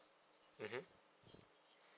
mmhmm